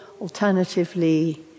Alternatively